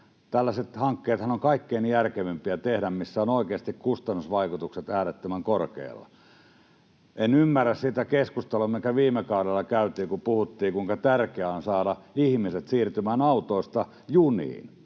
Tällaiset hankkeethan, missä oikeasti kustannusvaikutukset ovat äärettömän korkealla, ovat kaikkein järkevimpiä tehdä. En ymmärrä sitä keskustelua, mikä viime kaudella käytiin, kun puhuttiin, kuinka tärkeää on saada ihmiset siirtymään autoista juniin,